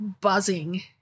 buzzing